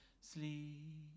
sleep